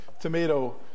tomato